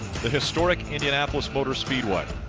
the historic indianapolis motor speedway.